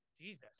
Jesus